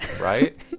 right